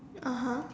(uh huh)